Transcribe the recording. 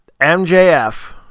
MJF